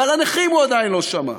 ועל הנכים הוא עדיין לא שמע.